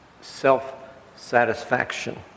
self-satisfaction